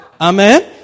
Amen